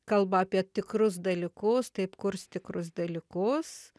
kalba apie tikrus dalykus taip kurs tikrus dalykus